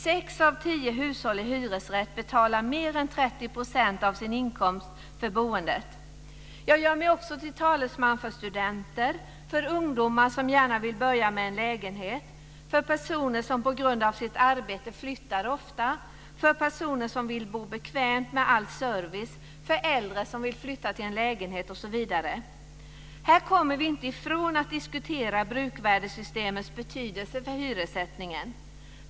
Sex av tio hushåll i hyresrätt betalar mer än 30 % av sin inkomst för boendet. Jag gör mig också till talesman för studenter, för ungdomar som gärna vill börja med en lägenhet, för personer som på grund av sitt arbete flyttar ofta, för personer som vill bo bekvämt med all service, för äldre som vill flytta till en lägenhet osv. Här kommer vi inte ifrån att diskutera bruksvärdessystemets betydelse för hyressättningen.